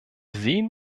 sehen